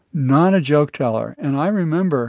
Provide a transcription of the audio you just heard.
not a joke teller. and i remember